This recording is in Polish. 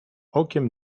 okiem